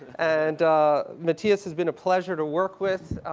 and matthias has been a pleasure to work with,